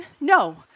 No